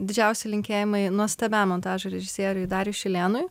didžiausi linkėjimai nuostabiam montažo režisieriui dariui šilėnui